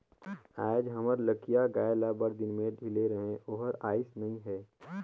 आयज हमर लखिया गाय ल बड़दिन में ढिले रहें ओहर आइस नई हे